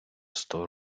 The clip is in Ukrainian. сто